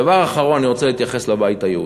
דבר אחרון, אני רוצה להתייחס לבית היהודי.